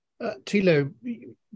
Tilo